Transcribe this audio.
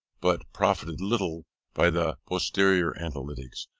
but profited little by the posterior analytics,